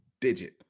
digit